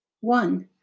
One